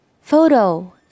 Photo